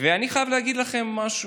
ואני חייב להגיד לכם משהו: